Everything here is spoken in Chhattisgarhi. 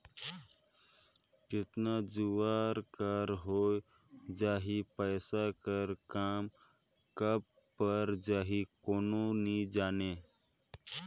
केतना जुवार का होए जाही, पइसा कर काम कब पइर जाही, कोनो नी जानें